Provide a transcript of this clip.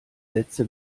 sätze